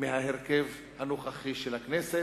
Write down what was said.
מההרכב הנוכחי של הכנסת,